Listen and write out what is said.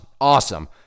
awesome